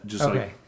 Okay